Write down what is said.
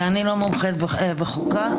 ואני לא מומחית בחוקה,